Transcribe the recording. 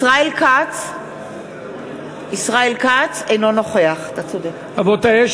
ישראל כץ אינו נוכח רבותי,